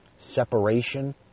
separation